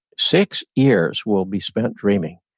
six years will be spent dreaming.